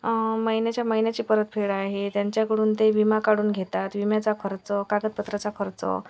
महिन्याच्या महिन्याची परतफेड आहे त्यांच्याकडून ते विमा काढून घेतात विम्याचा खर्च कागदपत्राचा खर्च